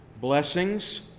Blessings